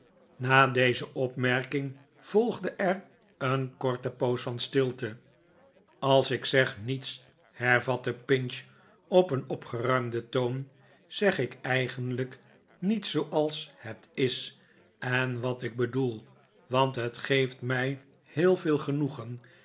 na deze opmerking volgde er een korte poos van stilte als ik zeg niets hervatte pinch op een opgeruimden toon zeg ik eigenlijk niet zooals het is en wat ik bedoel want het geeft mij heel veel genoegen